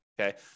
okay